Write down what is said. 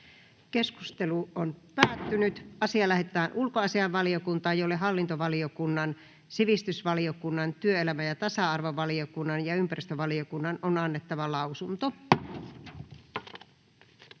ehdottaa, että asia lähetetään ulkoasiainvaliokuntaan, jolle hallintovaliokunnan, sivistysvaliokunnan, työelämä- ja tasa-arvovaliokunnan ja ympäristövaliokunnan on annettava lausunto.